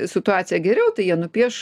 situaciją geriau tai jie nupieš